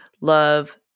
love